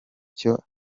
cyo